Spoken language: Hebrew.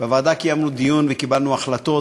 בוועדה קיימנו דיון וקיבלנו החלטות,